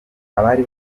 abari